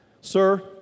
sir